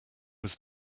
was